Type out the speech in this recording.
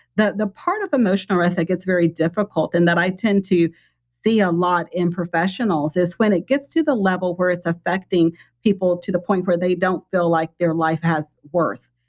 the the part of emotional rest that gets very difficult and that i tend to see a lot in professionals is when it gets to the level where it's affecting people to the point where they don't feel like their life has worth.